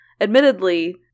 admittedly